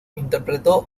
interpretó